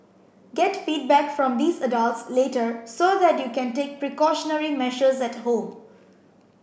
get feedback from these adults later so that you can take precautionary measures at home